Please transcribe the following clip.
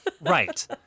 Right